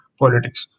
politics